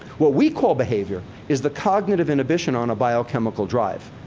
what we call behavior is the cognitive inhibition on a biochemical drive.